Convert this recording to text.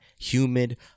humid